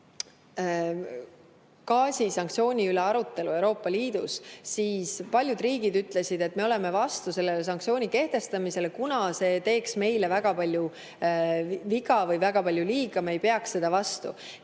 gaasisanktsiooni üle arutelu Euroopa Liidus, siis paljud riigid ütlesid, et me oleme vastu selle sanktsiooni kehtestamisele, kuna see teeks meile väga palju viga või väga palju liiga, me ei peaks sellele vastu.